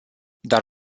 dar